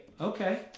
okay